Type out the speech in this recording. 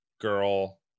girl